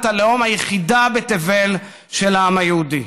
הלאום היחידה בתבל של העם היהודי.